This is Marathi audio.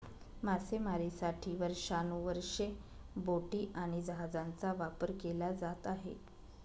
मासेमारीसाठी वर्षानुवर्षे बोटी आणि जहाजांचा वापर केला जात आहे